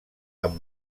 amb